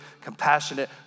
compassionate